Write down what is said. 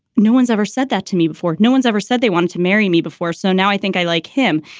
no one's ever said that to me before. no one's ever said they want to marry me before. so now i think i like him.